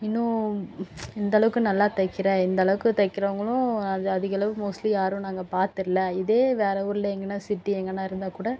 இன்னும் இந்த அளவுக்கு நல்லா தைக்கிற இந்த அளவுக்கு தைக்கிறவங்களும் அது அதிக அளவு மோஸ்ட்லி யாரும் நாங்கள் பார்த்துடல இதே வேற ஊரில் எங்கன்னா சிட்டி எங்கன்னா இருந்தால் கூட